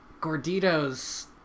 Gordito's